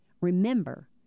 remember